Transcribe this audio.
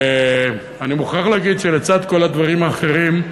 אני מוכרח להגיד שלצד כל הדברים האחרים,